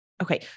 Okay